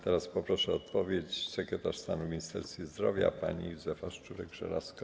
Teraz poproszę o odpowiedź sekretarz stanu w Ministerstwie Zdrowia panią Józefę Szczurek-Żelazko.